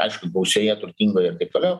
aišku gausioje turtingoje ir taip toliau